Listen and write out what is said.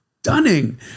stunning